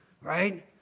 right